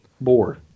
board